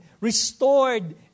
restored